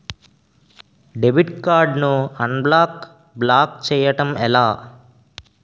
Debit card ను unblock block చేయటం ఎలా?